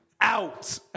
Out